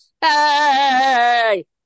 Hey